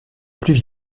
plus